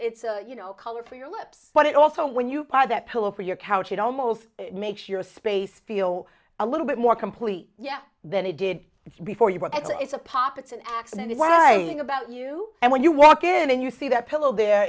it's you know color for your lips but it also when you buy that pillow for your couch it almost makes your space feel a little bit more complete yeah then it did before you but it's a pop it's an accident as well a thing about you and when you walk in and you see that pillow there